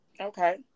Okay